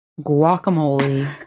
guacamole